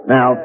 Now